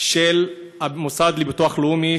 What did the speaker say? של המוסד לביטוח לאומי,